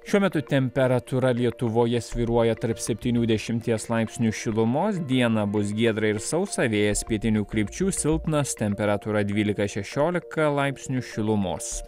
šiuo metu temperatūra lietuvoje svyruoja tarp septynių dešimties laipsnių šilumos dieną bus giedra ir sausa vėjas pietinių krypčių silpnas temperatūra dvylika šešiolika laipsnių šilumos